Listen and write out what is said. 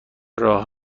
راه